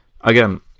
Again